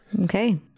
Okay